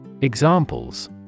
Examples